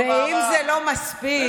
ואם זה לא מספיק,